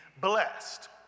blessed